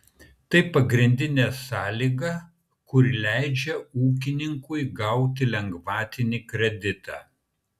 tai pagrindinė sąlyga kuri leidžia ūkininkui gauti lengvatinį kreditą